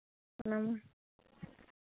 ᱚᱱᱟ ᱢᱟ